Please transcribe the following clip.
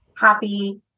happy